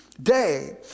Day